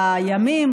בימים,